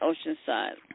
Oceanside